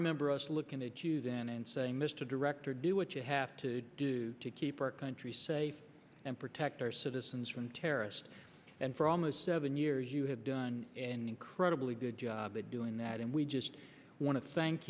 remember us looking at you then and saying mr director do what you have to do to keep our country safe and protect our citizens from terrorists and for almost seven years you have done incredibly good they doing that and we just want to thank